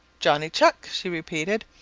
johnny chuck, she repeated.